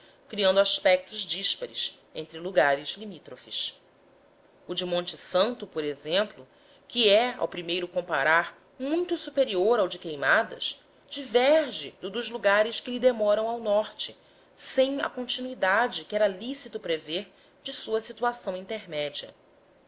criando aspectos díspares entre lugares limítrofes o de monte santo por exemplo que é ao primeiro comparar muito superior ao de queimadas diverge do dos lugares que lhe demoram ao norte sem a continuidade que era lícito prever de sua situação